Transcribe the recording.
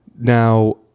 Now